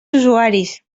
usuaris